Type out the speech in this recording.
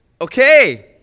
Okay